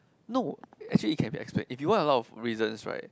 no actually it can be expert if you want a lot of reasons right